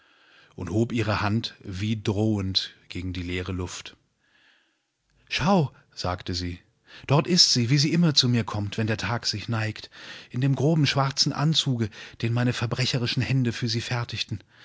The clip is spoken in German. und hob ihre hand wie drohend gegendieleereluft schau sagte sie dort ist sie wie sie immer zu mir kommt wenn der tag sich neigt in dem groben schwarzen anzuge den meine verbrecherischen hände für sie fertigtenmitdemlächeln